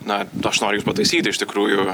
na aš noriu jus pataisyti iš tikrųjų